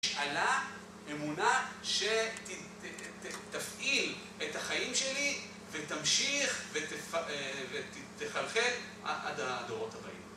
עלה אמונה שתפעיל את החיים שלי ותמשיך ותחלחל עד הדורות הבאים.